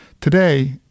Today